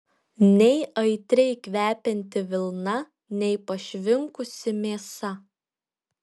nei aitriai kvepianti vilna nei pašvinkusi mėsa